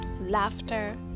laughter